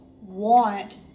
want